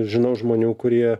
žinau žmonių kurie